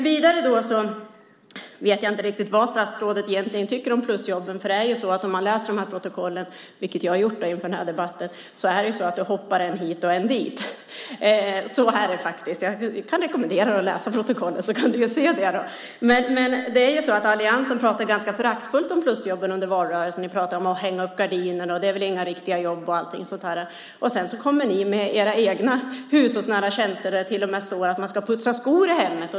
Jag vet inte vad statsrådet egentligen tycker om plusjobben. Om man läser protokollen, vilket jag har gjort inför debatten, ser man att du hoppar än hit, än dit. Så är det faktiskt. Jag kan rekommendera dig att läsa protokollen, så att du kan se det. Alliansen pratade ganska föraktfullt om plusjobben under valrörelsen. Ni pratade om att hänga upp gardiner och att det inte var riktiga jobb. Sedan kom ni med era egna hushållsnära tjänster. Det är till och med så att man ska putsa skor i hemmen.